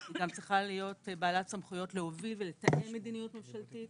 היא גם צריכה להיות בעלת סמכויות להוביל ולתאם מדיניות ממשלתית